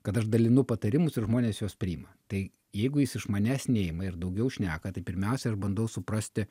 kad aš dalinu patarimus ir žmonės juos priima tai jeigu jis iš manęs neima ir daugiau šneka tai pirmiausia aš bandau suprasti